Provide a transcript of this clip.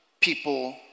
people